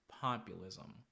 populism